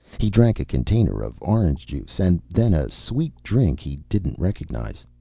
he drank a container of orange juice and then a sweet drink he didn't recognize.